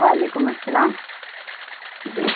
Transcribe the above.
وعلیکم السلام جی